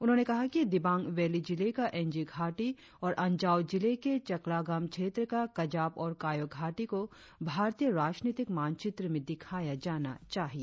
उन्होंने कहा कि दिबांग वैली जिले का एंजी घाटी और अंजाव जिले के छकलागम क्षेत्र का कजाब और कायो घाटी को भारतीय राजनीतिक मानचित्र में दिखाया जाना चाहिए